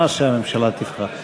מה שהממשלה תבחר.